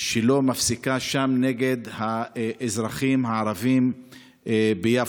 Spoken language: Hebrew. שלא מפסיקה נגד האזרחים הערבים ביפו.